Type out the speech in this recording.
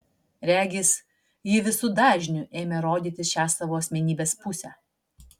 regis ji visu dažniu ėmė rodyti šią savo asmenybės pusę